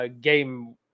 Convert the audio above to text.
game